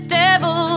devil